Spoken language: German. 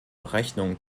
rechnung